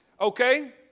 Okay